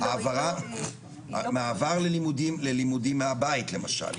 מעבר ללימודים מהבית למשל,